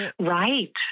right